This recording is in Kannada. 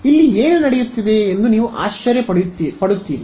ಆದ್ದರಿಂದ ಇಲ್ಲಿ ಏನು ನಡೆಯುತ್ತಿದೆ ಎಂದು ನೀವು ಆಶ್ಚರ್ಯ ಪಡುತ್ತೀರಿ